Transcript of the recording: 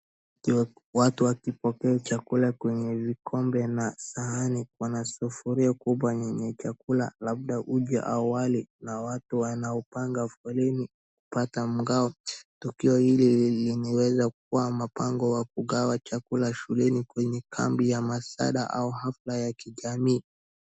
Watu wakipakua chakula kwenye vikombe na sahani, wana sufuria kubwa yenye chakula labda uji au wali na watu wanaopanga foleni kupata mgao. Tukio hili lililokuwa mapango wa kugawa chakula shuleni, kwenye kambi sa masada au hafla ya kijamii.